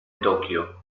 tokio